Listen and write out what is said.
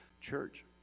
Church